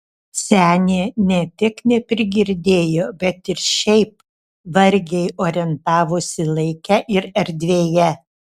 senė ne tik neprigirdėjo bet ir šiaip vargiai orientavosi laike ir erdvėje